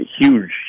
huge